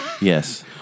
Yes